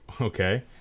Okay